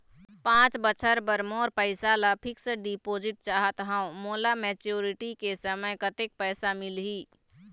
पांच बछर बर मोर पैसा ला फिक्स डिपोजिट चाहत हंव, मोला मैच्योरिटी के समय कतेक पैसा मिल ही?